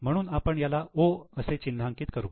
म्हणून आपण याला 'O' असे चिन्हांकित करू